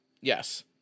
Yes